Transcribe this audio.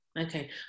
okay